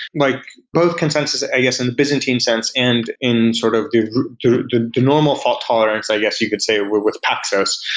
like both consensus and yes in the byzantine sense and in sort of the the normal fault tolerance i guess you could say with with access,